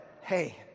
hey